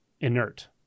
inert